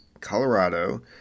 Colorado